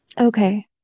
okay